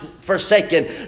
forsaken